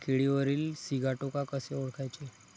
केळीवरील सिगाटोका कसे ओळखायचे?